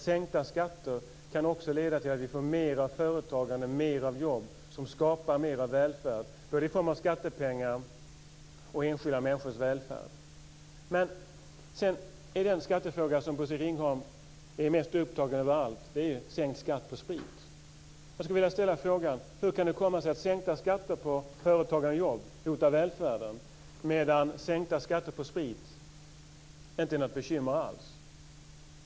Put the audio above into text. Sänkta skatter kan också leda till att vi får mer företagande och mer jobb som skapar mer välfärd i form av både skattepengar och enskilda människors välfärd. Den skattefråga som Bosse Ringholm mest av allt är upptagen av är sänkt skatt på sprit. Hur kan det komma sig att sänkta skatter på företagande och jobb hotar välfärden medan sänkta skatter på sprit inte är något bekymmer alls?